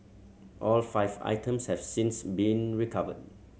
all five items have since been recovered